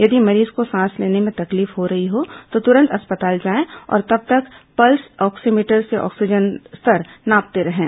यदि मरीज को सांस लेने में तकलीफ हो रही है तो तुरंत अस्पताल जाएं और तब तक पल्स ऑक्सीमीटर से ऑक्सीजन स्तर नापते रहें